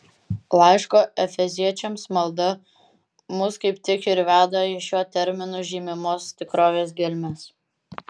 laiško efeziečiams malda mus kaip tik ir veda į šiuo terminu žymimos tikrovės gelmes